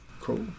cool